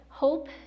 Hope